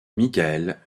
michael